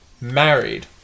married